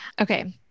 Okay